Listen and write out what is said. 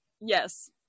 yes